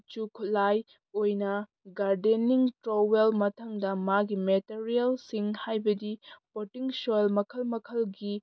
ꯈꯨꯠꯁꯨ ꯈꯨꯠꯂꯥꯏ ꯑꯣꯏꯅ ꯒꯥꯔꯗꯦꯟꯅꯤꯡ ꯇ꯭ꯔꯣꯋꯦꯜ ꯃꯊꯪꯗ ꯃꯥꯒꯤ ꯃꯦꯇꯔꯤꯌꯦꯜꯁꯤꯡ ꯍꯥꯏꯕꯗꯤ ꯄꯣꯔꯇꯤꯡ ꯁꯣꯏꯜ ꯃꯈꯜ ꯃꯈꯜꯒꯤ